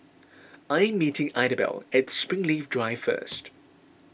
I am meeting Idabelle at Springleaf Drive first